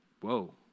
Whoa